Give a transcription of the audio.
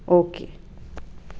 okay